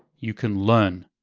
you can learn.